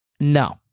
no